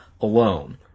alone